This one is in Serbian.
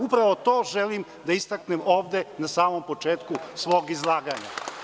Upravo to želim da isteknem ovde na samom početku svog izlaganja.